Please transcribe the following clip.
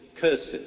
curses